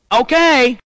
Okay